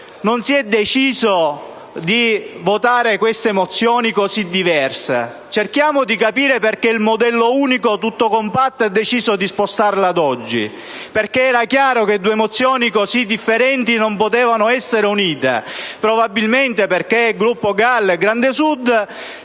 non si è deciso di votare queste mozioni così diverse; cerchiamo di capire perché il «modello unico», tutto compatto, ha deciso di spostare questa discussione ad oggi perché era chiaro che due mozioni così differenti non potevano essere unite. Probabilmente il Gruppo Grandi